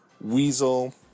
Weasel